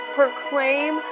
proclaim